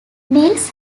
niles